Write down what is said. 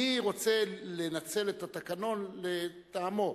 מי רוצה לנצל את התקנון לטעמו.